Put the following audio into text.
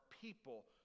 people